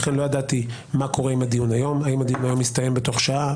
לכן לא ידעתי מה קורה עם הדיון היום האם הדיון היום יסתיים בתוך שעה,